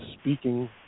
speaking